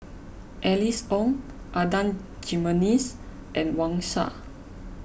Alice Ong Adan Jimenez and Wang Sha